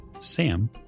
Sam